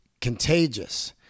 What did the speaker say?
Contagious